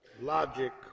logic